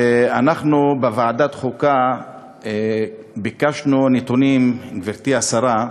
ואנחנו בוועדת החוקה ביקשנו נתונים, גברתי השרה,